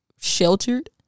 sheltered